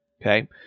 Okay